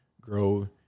grow